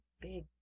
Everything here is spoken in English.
big